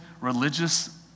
religious